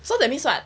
so that means what